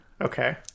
Okay